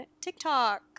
TikTok